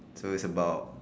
so is about